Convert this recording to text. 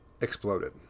exploded